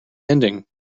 ending